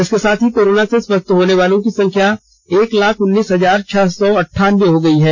इसके साथ ही कोरोना से स्वस्थ होने वालों की संख्या एक लाख उन्नीस हजार छह सौ अंठानबे हो गई है